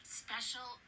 special